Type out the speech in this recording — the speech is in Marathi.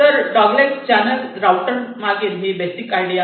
तर डॉग लेग चॅनेल राउटरमागील ही बेसिक आयडिया आहे